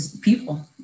people